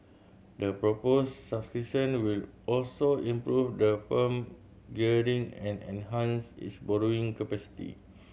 the proposed subscription will also improve the firm gearing and enhance its borrowing capacity